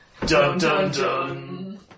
Dun-dun-dun